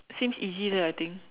seems easy leh I think